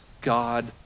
God